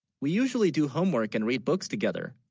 we usually do homework and read books together?